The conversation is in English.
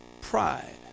pride